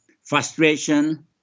frustration